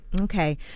Okay